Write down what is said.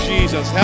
Jesus